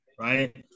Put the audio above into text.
right